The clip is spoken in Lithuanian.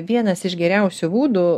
vienas iš geriausių būdų